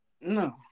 No